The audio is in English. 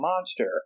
monster